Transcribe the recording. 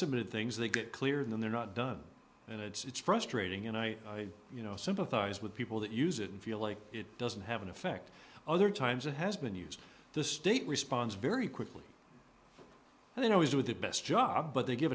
submitted things they get clear they're not done and it's frustrating and i you know sympathize with people that use it and feel like it doesn't have an effect other times it has been used the state responds very quickly and then always with the best job but they give